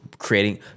creating